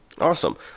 Awesome